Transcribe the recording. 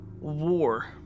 War